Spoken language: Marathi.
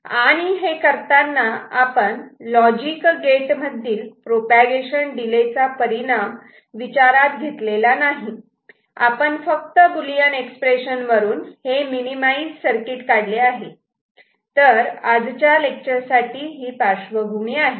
आणि हे करताना आपण लॉजिक गेट मधील प्रोपागेशन डिले चा परिणाम विचारात घेतलेला नाही आपण फक्त बुलियन एक्सप्रेशन वरून हे मिनिमाईज सर्किट काढले आहे तर आजच्या लेक्चर साठी ही पार्श्वभूमी आहे